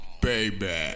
baby